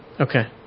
Okay